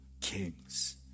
Kings